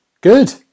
Good